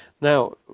Now